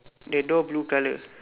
the door blue colour